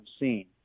unseen